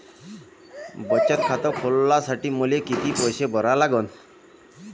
बचत खात खोलासाठी मले किती पैसे भरा लागन?